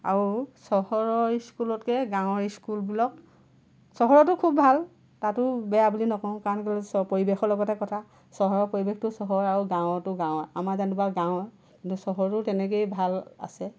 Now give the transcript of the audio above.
আৰু চহৰৰ স্কুলতকে গাঁৱৰ স্কুল বোৰত চহৰতো খুব ভাল তাতো বেয়া বুলি নকওঁ কাৰণ কেলেই পৰিৱেশৰ লগতহে কথা চহৰৰ পৰিৱেশটো চহৰৰ আৰু গাঁৱৰটো গাঁৱৰ আমাৰ যেনিবা গাঁৱৰ চহৰৰো তেনেকেই ভাল আছে